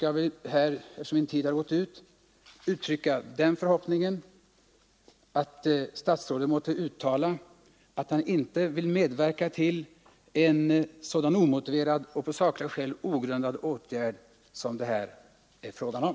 Jag vill här, eftersom min tid har gått ut, bara uttrycka den förhoppningen att statsrådet måtte uttala att han inte vill medverka till en sådan omotiverad och på sakliga skäl ogrundad åtgärd som det här är fråga om.